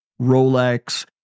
Rolex